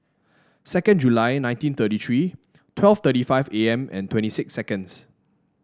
second July nineteen thirty three twelve thirty five A M and twenty six seconds